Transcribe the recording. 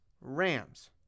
Rams